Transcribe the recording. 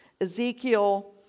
Ezekiel